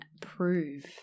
prove